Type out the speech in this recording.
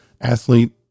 athlete